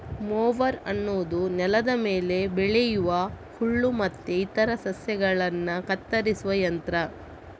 mower ಅನ್ನುದು ನೆಲದ ಮೇಲೆ ಬೆಳೆಯುವ ಹುಲ್ಲು ಮತ್ತೆ ಇತರ ಸಸ್ಯಗಳನ್ನ ಕತ್ತರಿಸುವ ಯಂತ್ರ